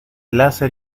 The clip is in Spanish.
láser